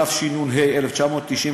התשנ"ה 1995,